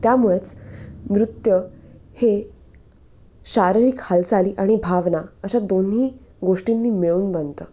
त्यामुळेच नृत्य हे शारीरिक हालचाली आणि भावना अशा दोन्ही गोष्टींनी मिळून बनतं